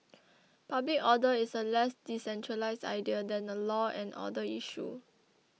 public order is a less decentralised idea than a law and order issue